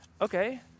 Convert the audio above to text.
Okay